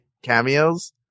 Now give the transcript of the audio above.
Cameos